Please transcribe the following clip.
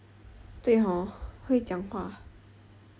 对 hor 会讲话